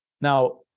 Now